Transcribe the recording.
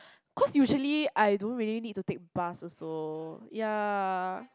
cause usually I don't really need to take but also ya